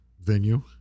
venue